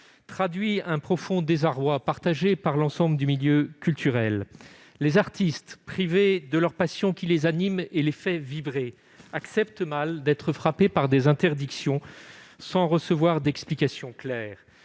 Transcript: traduit un profond désarroi, partagé par l'ensemble du milieu culturel. Les artistes, privés de l'objet de la passion qui les anime et les fait vibrer, acceptent mal d'être frappés par des restrictions sans recevoir d'explications claires.